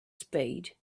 spade